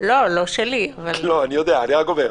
רז נזרי.